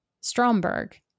Stromberg